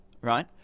right